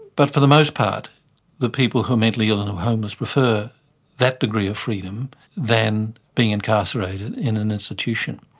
but for the most part the people who are mentally ill and are homeless prefer that degree of freedom than being incarcerated in an institution.